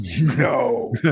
no